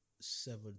seven